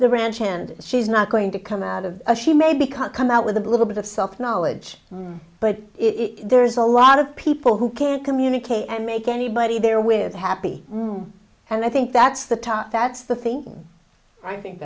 the ranch hand she's not going to come out of a she may become come out with a little bit of self knowledge but it there's a lot of people who can't communicate and make anybody their with happy room and i think that's the top that's the thing i think